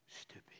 stupid